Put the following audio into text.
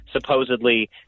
supposedly